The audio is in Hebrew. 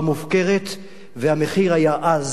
והמחיר היה אז רצח ראש הממשלה.